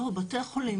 לא, בתי החולים.